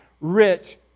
rich